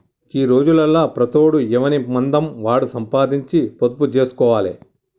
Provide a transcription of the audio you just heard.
గీ రోజులల్ల ప్రతోడు ఎవనిమందం వాడు సంపాదించి పొదుపు జేస్కోవాలె